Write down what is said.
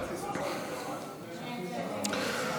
הצעת ועדת הכנסת נתקבלה.